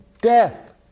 death